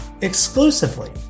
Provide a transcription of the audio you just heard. exclusively